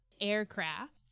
aircraft